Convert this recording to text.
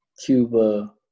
Cuba